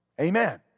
Amen